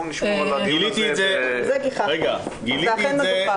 זה אכן מגוחך.